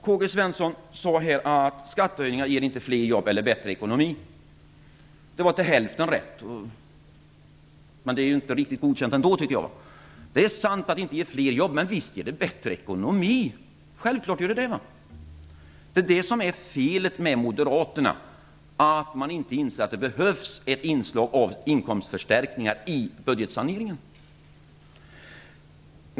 K-G Svenson sade att skattehöjningar inte ger fler jobb eller bättre ekonomi. Det var till hälften rätt. Men det är inte riktigt godkänt. Det är sant att skattehöjningar inte ger fler jobb. Men visst ger de bättre ekonomi. Självklart gör de det. Det är det som är felet med moderaterna, att de inte inser att det behövs ett inslag av inkomstförstärkningar i budgetsaneringen.